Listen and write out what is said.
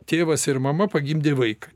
tėvas ir mama pagimdė vaiką